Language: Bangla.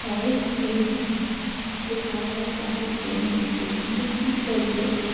তাই সেই পেটে থাবা মেরে তাকে খেয়ে নিয়েছে কিন্তু কী করবে